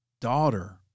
daughter